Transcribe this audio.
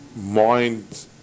mind